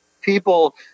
people